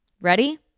Ready